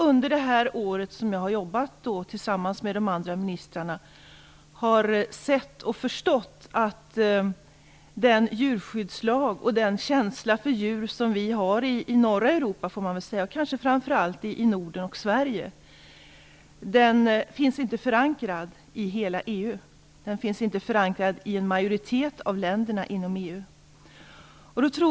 Under det år som jag har jobbat tillsammans med de andra ministrarna har jag sett och förstått att den djurskyddslag och den känsla för djur som vi har i norra Europa och kanske framför allt i Norden och i Sverige inte finns förankrad i en majoritet av länderna inom EU.